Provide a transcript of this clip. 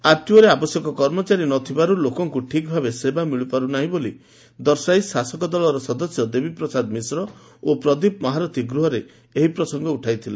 ଆରଟିଓରେ ଆବଶ୍ୟକ କର୍ମଚାରୀ ନ ଥିବାରୁ ଲୋକଙ୍କୁ ଠିକ୍ଭାବେ ସେବା ମିଳିପାରୁନାହିଁ ବୋଲି ଦର୍ଶାଇ ଶାସକ ଦଳର ସଦସ୍ୟ ଦେବୀପ୍ରସାଦ ମିଶ୍ର ଓ ପ୍ରଦୀପ ମହାରଥୀ ଗୃହରେ ଏହି ପ୍ରସଙ୍ଗ ଉଠାଇଥିଲେ